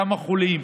כמה חולים,